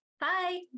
Bye